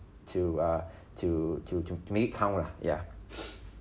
to uh to to to make it count lah ya